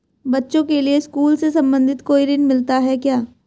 बच्चों के लिए स्कूल से संबंधित कोई ऋण मिलता है क्या?